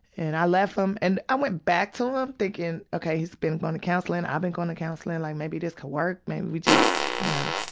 and i left him. and i went back to him thinkin' okay, he's been going to counselling, i've been going to counselling, and maybe this could work, maybe we just, you know.